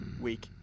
Week